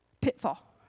Pitfall